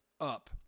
up